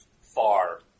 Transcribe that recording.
far